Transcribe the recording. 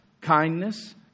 kindness